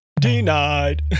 Denied